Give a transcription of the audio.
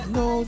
no